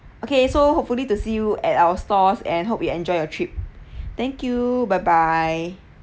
okay so hopefully to see you at our stores and hope you enjoy your trip thank you bye bye